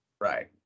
Right